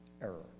error